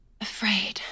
afraid